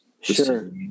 Sure